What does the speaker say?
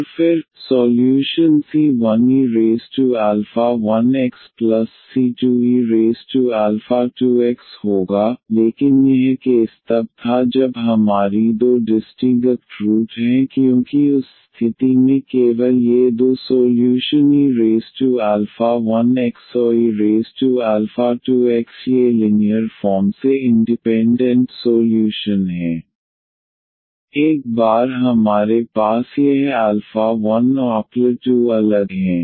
और फिर solution c1e1xc2e2x होगा लेकिन यह केस तब था जब हमारी दो डिस्टिंगक्ट रूट हैं क्योंकि उस स्थिति में केवल ये दो सोल्यूशन e1x और e2x ये लिनीयर फॉर्म से इंडिपेंडेंट सोल्यूशन हैं एक बार हमारे पास यह 1 और 2 अलग हैं